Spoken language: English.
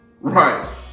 Right